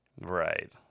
Right